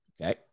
Okay